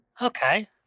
Okay